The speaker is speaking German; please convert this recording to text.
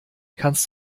kannst